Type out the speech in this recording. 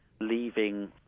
leaving